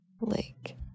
Lake